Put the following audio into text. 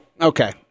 okay